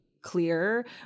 clear